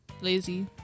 lazy